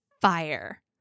fire